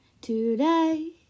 today